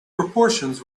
proportions